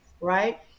right